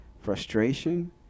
frustration